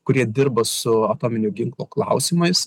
kurie dirba su atominio ginklo klausimais